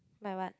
my what